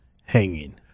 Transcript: hanging